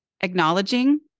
acknowledging